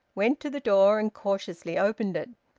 went to the door, and cautiously opened it.